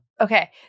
Okay